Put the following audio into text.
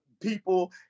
people